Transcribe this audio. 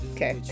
Okay